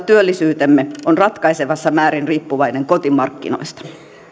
työllisyytemme on ratkaisevassa määrin riippuvainen kotimarkkinoista